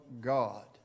God